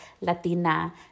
Latina